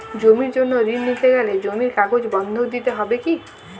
জমির জন্য ঋন নিতে গেলে জমির কাগজ বন্ধক দিতে হবে কি?